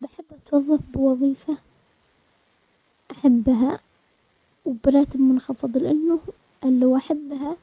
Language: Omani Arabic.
بحب اتوظف بوظيفة احبها و براتب منخفض لانه احبها